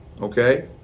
Okay